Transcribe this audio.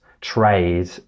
trade